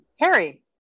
Harry